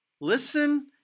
Listen